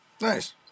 Nice